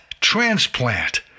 transplant